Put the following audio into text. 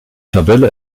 tabelle